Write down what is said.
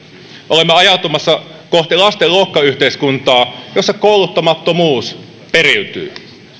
olemme ajautumassa kohti lasten luokkayhteiskuntaa jossa kouluttamattomuus periytyy